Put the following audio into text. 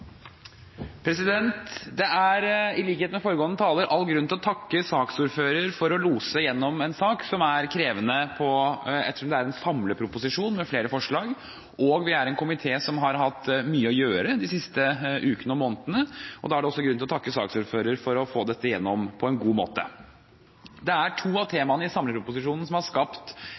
all grunn til, i likhet med foregående taler, å takke saksordføreren for å lose gjennom en sak som er krevende – ettersom det er en samleproposisjon med flere forslag, og vi er en komité som har hatt mye å gjøre de siste ukene og månedene. Da er det også grunn til å takke saksordføreren for å få dette gjennom på en god måte. Det er to av